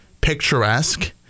picturesque